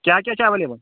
کیاہ کیاہ چھ ایویلیبٕل